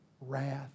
wrath